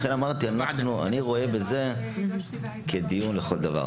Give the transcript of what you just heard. לכן אמרתי שאני רואה בזה לכל דבר.